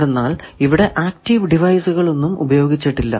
എന്തെന്നാൽ ഇവിടെ ആക്റ്റീവ് ഡിവൈസുകൾ ഒന്നും ഉപയോഗിച്ചിട്ടില്ല